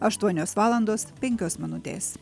aštuonios valandos penkios minutės